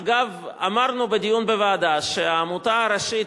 אגב, אמרנו בדיון בוועדה שהעמותה הראשית